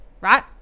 right